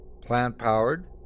plant-powered